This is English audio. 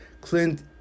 Clint